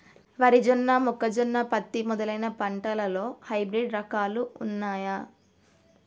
వరి జొన్న మొక్కజొన్న పత్తి మొదలైన పంటలలో హైబ్రిడ్ రకాలు ఉన్నయా?